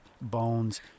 bones